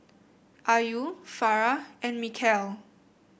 Ayu Farah and Mikhail